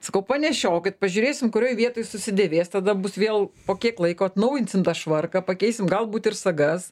sakau panešiokit pažiūrėsim kurioj vietoj susidėvės tada bus vėl po kiek laiko atnaujinsim tą švarką pakeisim galbūt ir sagas